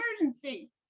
emergency